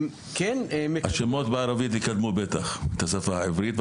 הם כן --- השמות בערבית יקדמו בטח את השפה העברית,